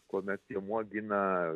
kuomet piemuo gina